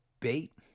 bait